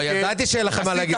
ידעתי שיהיה לך מה להגיד.